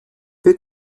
bill